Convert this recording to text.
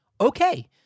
Okay